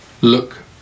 Look